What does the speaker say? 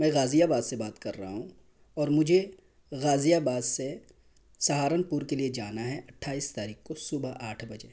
میں غازی آباد سے بات کر رہا ہوں اور مجھے غازی آباد سے سہارن پور کے لیے جانا ہے اٹھائیس تاریخ کو صبح آٹھ بجے